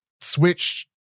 Switch